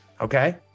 okay